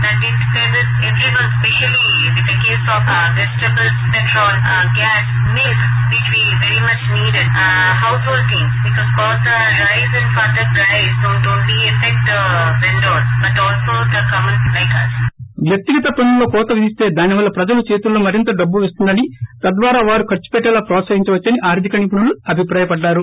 byte Bhattacharya వ్యక్తిగత పన్సుల్లో కోత విధిస్త దాని వల్ల ప్రజల చేతుల్లో మరింత డబ్బు వస్తుందని తద్వారా వారు ఖర్చుపెట్టేలా ప్రోత్పహించ వచ్చని ఆర్థిక నిపుణులు అభిప్రాయపడ్డారు